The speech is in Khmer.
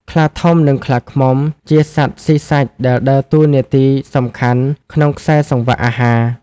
ខ្លាធំ និងខ្លាឃ្មុំ ជាសត្វស៊ីសាច់ដែលដើរតួនាទីសំខាន់ក្នុងខ្សែសង្វាក់អាហារ។